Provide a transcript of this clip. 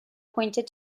pointed